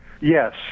Yes